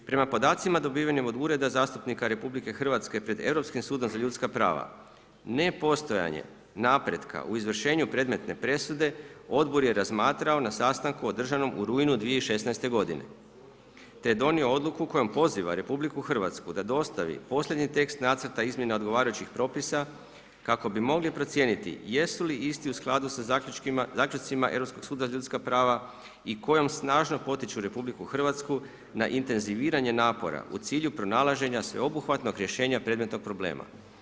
Prema podacima dobivenim od Ureda zastupnika RH pred Europskim sudom za ljudska prava ne postojanje napretka u izvršenju predmetne presude odbor je razmatrao na sastanku održanom u rujnu 2016. godine te je donio odluku kojom poziva RH da dostavi posljednji tekst nacrta izmjena odgovarajućih propisa kako bi mogli procijeniti jesu li isti u skladu sa zaključcima Europskog suda za ljudska prava i kojom snažno potiču RH na intenziviranje napora u cilju pronalaženja sveobuhvatnog rješenja predmetnog problema.